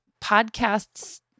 podcasts